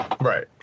Right